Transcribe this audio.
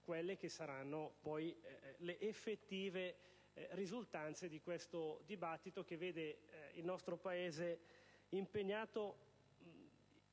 24-25 marzo circa le effettive risultanze di questo dibattito che vede il nostro Paese impegnato